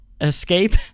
escape